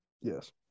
yes